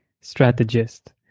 strategist